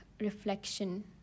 reflection